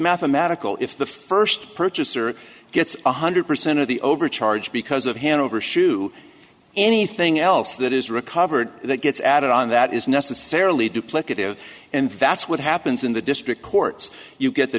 mathematical if the first purchaser gets one hundred percent of the overcharge because of hanover shoe anything else that is recovered that gets added on that is necessarily duplicative in vats what happens in the district courts you get the